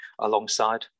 alongside